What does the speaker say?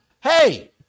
Hey